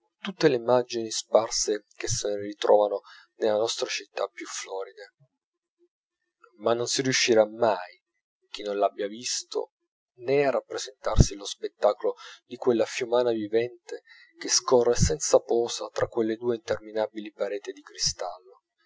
tutte le immagini sparse che se ne ritrovano nelle nostre città più floride ma non si riuscirà mai chi non l'abbia visto nè a rappresentarsi lo spettacolo di quella fiumana vivente che scorre senza posa tra quelle due interminabili pareti di cristallo